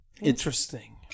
Interesting